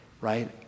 right